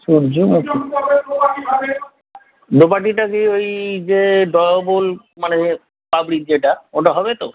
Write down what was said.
দোপাটিটা কি ওই যে ডবল মানে পাপড়ির যেটা ওটা হবে তো